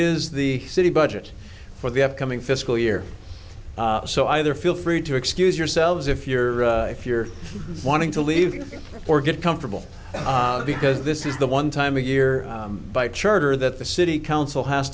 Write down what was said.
is the city budget for the upcoming fiscal year so either feel free to excuse yourselves if you're if you're wanting to leave or get comfortable because this is the one time of year by charter that the city council has